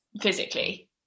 physically